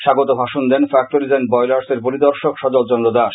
স্বাগত ভাষণ দেন ফ্যাক্টরীজ এন্ড বয়লার্সের পরিদর্শক সজল চন্দ্র দাস